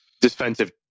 defensive